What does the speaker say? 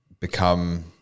Become